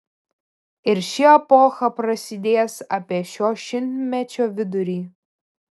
ir ši epocha prasidės apie šio šimtmečio vidurį